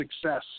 success